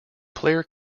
player